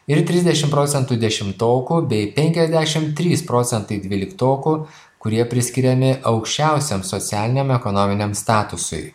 ir trisdešim procentų dešimtokų bei penkiasdešim trys procentai dvyliktokų kurie priskiriami aukščiausiam socialiniam ekonominiam statusui